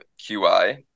QI